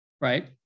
Right